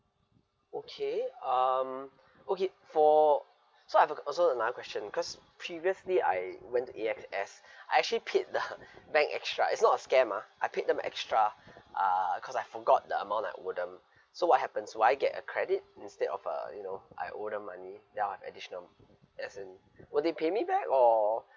okay um okay for so I've a also another question because previously I went to A_X_S I actually paid the bank extra it's not a scam ah I paid them extra uh cause I forgot the amount that I owe them so what happen so I get a credit instead of uh you know I owe them money then I have additional as in will they pay me back or